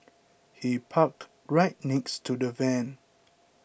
he parked right next to the van